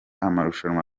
amarushanwa